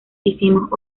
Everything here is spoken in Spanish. hicimos